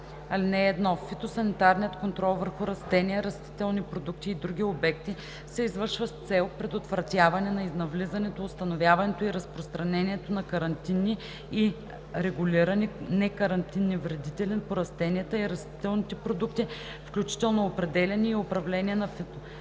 така: „(1) Фитосанитарният контрол върху растения, растителни продукти и други обекти се извършва с цел предотвратяване на навлизането, установяването и разпространението на карантинни и регулирани некарантинни вредители по растенията и растителните продукти, включително определяне и управление на фитосанитарните